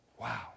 Wow